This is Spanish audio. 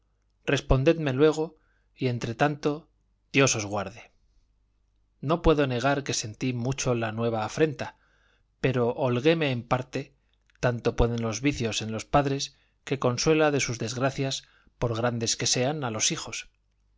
respondedme luego y entre tanto dios os guarde no puedo negar que sentí mucho la nueva afrenta pero holguéme en parte tanto pueden los vicios en los padres que consuela de sus desgracias por grandes que sean a los hijos